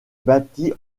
bâti